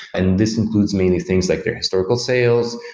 and this includes mainly things like their historical sales,